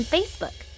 Facebook